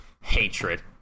hatred